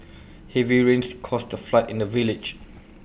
heavy rains caused A flood in the village